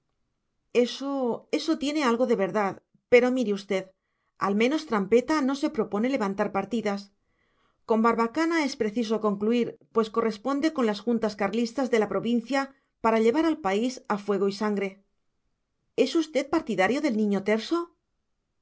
eso eso tiene algo de verdad pero mire usted al menos trampeta no se propone levantar partidas con barbacana es preciso concluir pues corresponde con las juntas carlistas de la provincia para llevar el país a fuego y sangre es usted partidario del niño terso